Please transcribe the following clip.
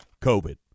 COVID